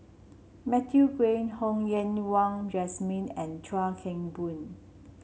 Matthew Ngui Ho Yen Wah Jesmine and Chuan Keng Boon